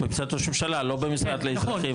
במשרד ראש הממשלה, לא במשרד לאזרחים.